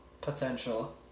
Potential